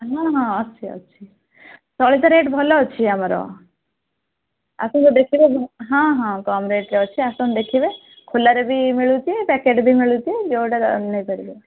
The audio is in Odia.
ହଁ ହଁ ଅଛି ଅଛି ସଳିତା ରେଟ୍ ଭଲ ଅଛି ଆମର ଆସନ୍ତୁ ଦେଖିବେ ହଁ ହଁ କମ୍ ରେଟ୍ରେ ଅଛି ଆସନ୍ତୁ ଦେଖିବେ ଖୋଲାରେ ବି ମିଳୁଛି ପ୍ୟାକେଟ୍ ବି ମିଳୁଛି ଯେଉଁଟା ନେଇପାରିବେ